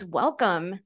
welcome